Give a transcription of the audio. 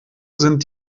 sind